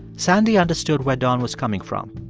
sandy understood where don was coming from.